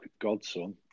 godson